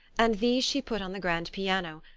and these she put on the grand piano,